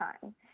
time